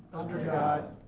under god,